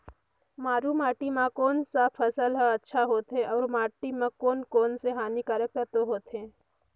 मारू माटी मां कोन सा फसल ह अच्छा होथे अउर माटी म कोन कोन स हानिकारक तत्व होथे?